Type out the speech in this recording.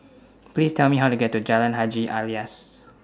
Please Tell Me How to get to Jalan Haji Alias